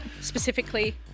specifically